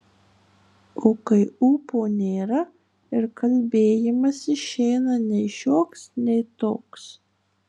o kai ūpo nėra ir kalbėjimas išeina nei šioks nei toks